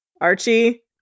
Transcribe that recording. Archie